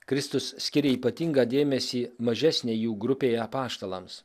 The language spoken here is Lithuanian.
kristus skiria ypatingą dėmesį mažesnei jų grupei apaštalams